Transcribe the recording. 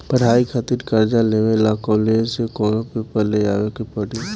पढ़ाई खातिर कर्जा लेवे ला कॉलेज से कौन पेपर ले आवे के पड़ी?